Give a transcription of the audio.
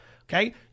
Okay